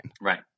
Right